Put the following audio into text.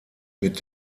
mit